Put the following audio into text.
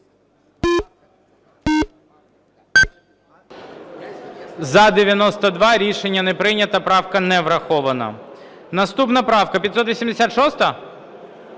За-92 Рішення не прийнято. Правка не врахована. Наступна правка 586?